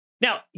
Now